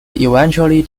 eventually